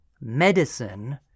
medicine